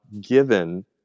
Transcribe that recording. given